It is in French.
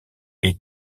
est